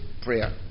prayer